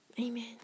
Amen